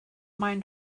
maen